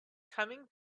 coming